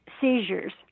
seizures